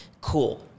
cool